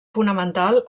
fonamental